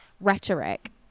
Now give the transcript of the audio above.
rhetoric